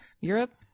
Europe